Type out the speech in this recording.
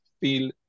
feel